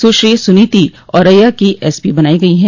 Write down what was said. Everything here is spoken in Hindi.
सुश्री सुनीति औरैया की एसपी बनाई गई हैं